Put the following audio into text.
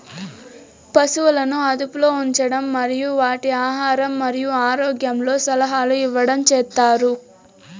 పసువులను అదుపులో ఉంచడం మరియు వాటి ఆహారం మరియు ఆరోగ్యంలో సలహాలు ఇవ్వడం చేత్తారు